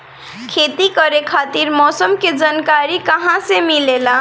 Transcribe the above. खेती करे खातिर मौसम के जानकारी कहाँसे मिलेला?